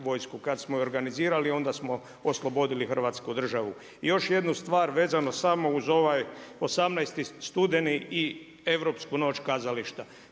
kada smo ju organizirali onda smo oslobodili Hrvatsku državu. I još jednu stvar vezano samo uz ovaj 18. studeni i Europsku noć kazališta.